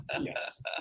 Yes